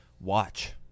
watch